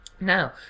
Now